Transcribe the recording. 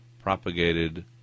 propagated